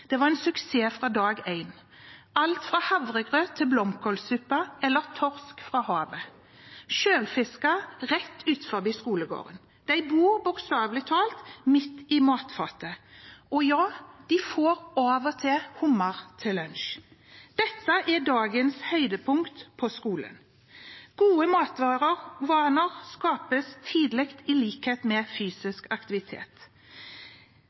Det var en suksess fra dag én – alt fra havregrøt til blomkålsuppe eller torsk fra havet, selvfisket, rett utenfor skolegården. De bor bokstavelig talt midt i matfatet. Og ja, de får av og til hummer til lunsj. Dette er dagens høydepunkt på skolen. Gode matvaner skapes tidlig – i likhet med